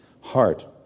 heart